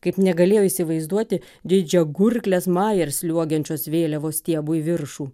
kaip negalėjo įsivaizduoti didžiagurklės majers sliuogiančios vėliavos stiebu į viršų